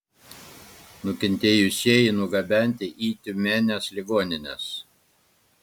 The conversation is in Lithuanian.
nukentėjusieji nugabenti į tiumenės ligonines